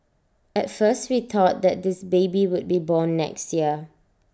at first we thought that this baby would be born next year